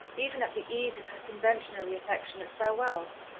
even at the ease of her conventionally affectionate farewells.